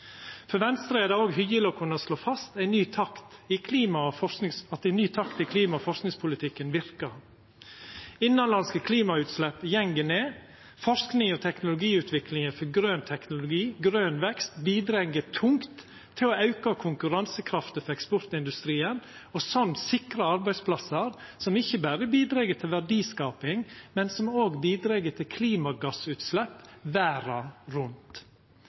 For Venstre er det òg hyggeleg å kunna slå fast at ein ny takt i klima- og forskingspolitikken verkar. Innanlandske klimagassutslepp går ned, forsking og teknologiutvikling for grøn teknologi og grøn vekst bidreg tungt til å auka konkurransekrafta for eksportindustrien og slik sikra arbeidsplassar som ikkje berre bidreg til verdiskaping, men som òg bidreg i samband med klimagassutslepp verda rundt.